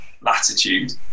latitude